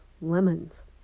lemons